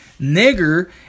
nigger